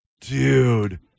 Dude